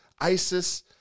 Isis